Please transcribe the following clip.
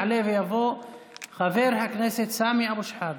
יעלה ויבוא חבר הכנסת סמי אבו שחאדה.